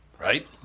right